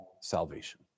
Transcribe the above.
salvation